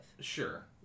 Sure